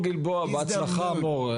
בהצלחה, מור.